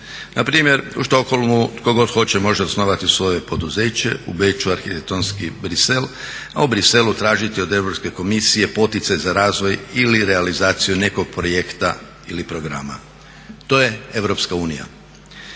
Na primjer u Stockholmu tko god hoće može osnovati svoje poduzeće, u Beču arhitektonski Brisel, a u Briselu tražiti od Europske komisije poticaj za razvoj ili realizaciju nekog projekta ili programa. To je Europska unija.